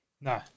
no